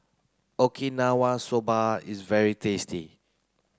Okinawa Soba is very tasty